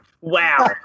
Wow